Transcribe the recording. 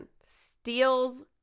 steals